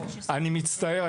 אני מצטער,